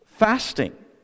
Fasting